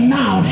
now